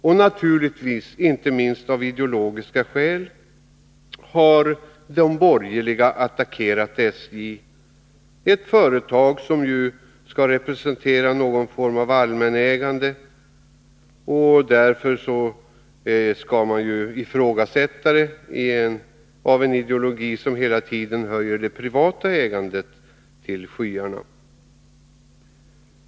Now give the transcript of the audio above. Och naturligtvis, inte minst av ideologiska skäl, har de borgerliga attackerat SJ — ett företag som ju skall representera någon form av allmänägande. Därför ifrågasätts företaget av en ideologi som hela tiden höjer det privata ägandet till skyarna.